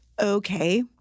okay